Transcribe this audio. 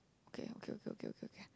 okay okay okay okay okay